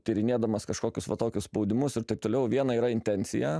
tyrinėdamas kažkokius va tokius spaudimus ir taip toliau viena yra intencija